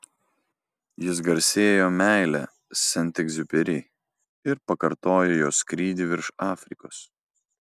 jis garsėjo meile sent egziuperi ir pakartojo jo skrydį virš afrikos